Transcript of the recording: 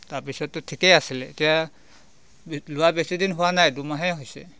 তাৰ পিছততো ঠিকেই আছিলে এতিয়া বে লোৱা বেছিদিন হোৱা নাই দুমাহেই হৈছে